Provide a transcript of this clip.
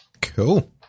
Cool